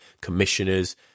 commissioners